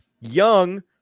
young